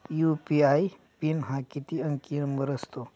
UPI pin हा किती अंकी नंबर असतो?